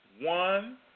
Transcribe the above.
one